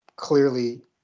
clearly